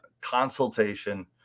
consultation